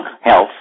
health